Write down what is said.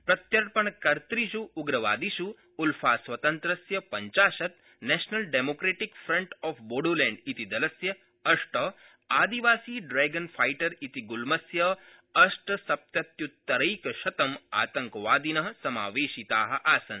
प्रत्यर्पणकर्तृष् उग्रवादिष् उलफास्वतन्त्रस्य पञ्चाशत् national democratic front of Bodoland इति दलस्य अष्ट आदिवासी ड्रेगन फाइटर इति गुल्मस्य अष्टसप्तत्य्रक्रितं आतंकवादिन समावेशिता आसन्